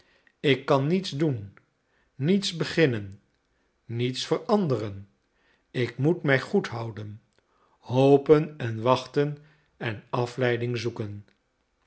ik kan niets doen niets beginnen niets veranderen ik moet mij goed houden hopen en wachten en afleiding zoeken